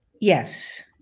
Yes